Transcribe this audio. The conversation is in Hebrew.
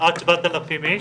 עד 7,000 איש.